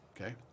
okay